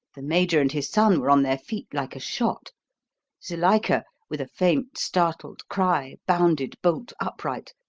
the major and his son were on their feet like a shot zuilika, with a faint, startled cry, bounded bolt upright,